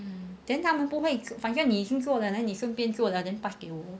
then 他们不会反正你已经做了就 pass 给我